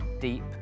deep